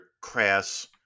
crass